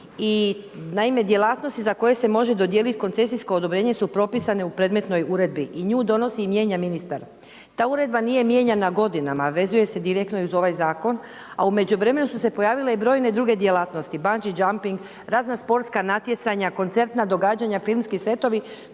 i naime, djelatnosti za koje se može dodijeliti koncesijsko odobrenje su propisane u predmetnoj uredbi i nju donosi i mijenja ministar. Ta uredba nije mijenjana godinama, vezuje se direktno i uz ovaj zakon, a u međuvremenu su se pojavile i brojne druge djelatnosti, bungee jumping, razna sportska natjecanja, koncertna događanja, filmski setovi